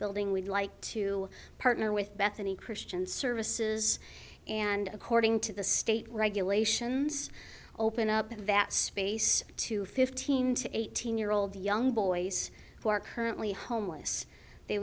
building we'd like to partner with bethany christian services and according to the state regulations open up in that space to fifteen to eighteen year old young boys who are currently homeless they